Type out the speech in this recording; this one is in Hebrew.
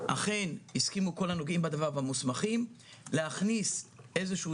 אכן הסכימו כל הנוגעים בדבר והמוסמכים להכניס איזשהו